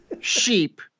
sheep